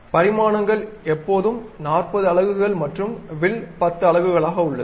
பரிமாணங்கள் எப்போதும் 40 அலகுகள் மற்றும் வில் 10 அலகுகளாக உள்ளது